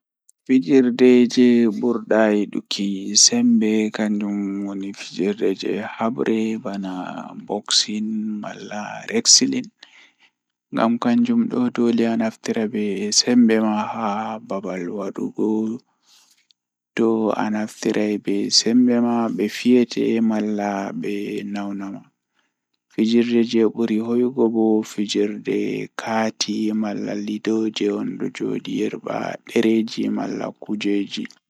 Fijirde jei burdaa yiduki sembe kanjum woni fijirde jei habre bana boksin malla reksilin ngam kanjum do doole anaftira be sembe ma haa babal wadugo dow anaftirai be sembe ma be fiya ma malla be nawna ma fijirde jei buri hoyugo bo kanjum woni fijirde kaati malla lido jei ondo joodi yerba kaati malla kujeeji.